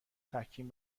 تحکیم